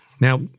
Now